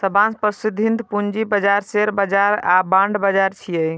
सबसं प्रसिद्ध पूंजी बाजार शेयर बाजार आ बांड बाजार छियै